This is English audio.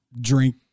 drink